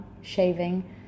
shaving